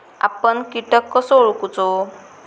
आपन कीटक कसो ओळखूचो?